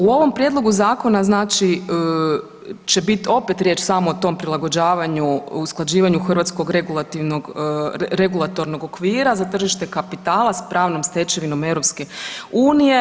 U ovom prijedlogu zakona znači će bit opet riječ samo o tom prilagođavanju, usklađivanju hrvatskog regulatornog okvira za tržište kapitala s pravnom stečevinom EU.